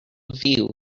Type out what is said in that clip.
view